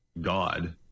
god